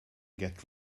get